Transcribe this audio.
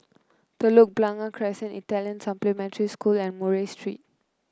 Telok Blangah Crescent Italian Supplementary School and Murray Street